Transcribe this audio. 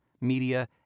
media